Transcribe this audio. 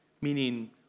Meaning